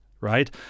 right